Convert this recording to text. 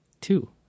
Two